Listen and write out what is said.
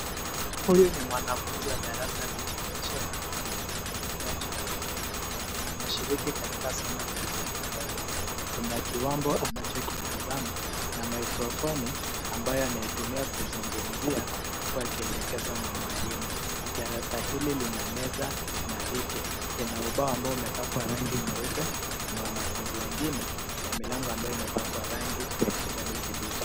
Huyu ni mwanafunzi wa darasa la chekechea, mwenye mahitaji maalumu. Anashiriki katika somo la mtandaoni. Kuna kiwambo anachokitazama na maikrofoni ambayo anaitumia kuzungumzia huku akielekezwa na mwalimu. Darasa hili lina meza na viti. Ina ubao ambao umepakwa rangi nyeupe. Kuna wanafunzi wengine na milango ambayo imepakwa rangi ya kijani kibichi.